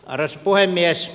arvoisa puhemies